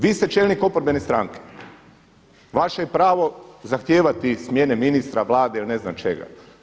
Vi ste čelnik oporbene stranke, vaše je pravo zahtijevati smjene ministra, vlade ili ne znam čega.